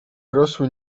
rosły